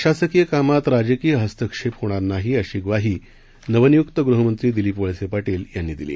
प्रशासकीय कामात राजकीय हस्तक्षेप होणार नाही अशी ग्वाही नवनियुक्त गृहमंत्री दिलीप वळसे पाटील यांनी दिली